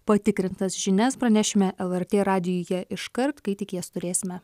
patikrintas žinias pranešime lrt radijuje iškart kai tik jas turėsime